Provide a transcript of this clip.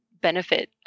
benefit